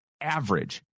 average